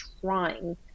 trying